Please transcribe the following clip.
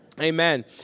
amen